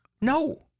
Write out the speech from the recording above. No